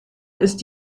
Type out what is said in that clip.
ist